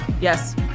Yes